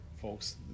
folks